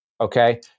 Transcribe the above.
okay